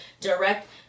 direct